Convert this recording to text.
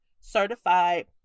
certified